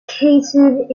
catered